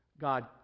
God